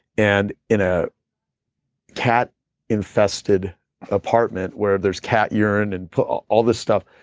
and in a cat infested apartment where there's cat urine and all this stuff,